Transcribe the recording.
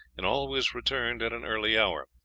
and always returned at an early hour,